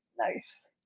Nice